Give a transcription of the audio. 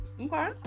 Okay